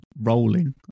rolling